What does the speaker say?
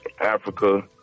Africa